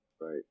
Right